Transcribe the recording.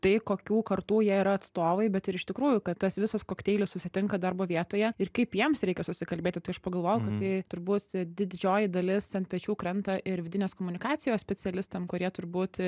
tai kokių kartų jie yra atstovai bet ir iš tikrųjų kad tas visas kokteilis susitinka darbo vietoje ir kaip jiems reikia susikalbėti tai aš pagalvojau kad tai turbūt didžioji dalis ant pečių krenta ir vidinės komunikacijos specialistam kurie turbūt